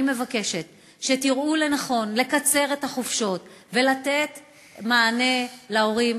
אני מבקשת שתראו לנכון לקצר את החופשות ולתת מענה להורים,